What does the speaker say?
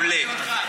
עולה.